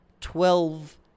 twelve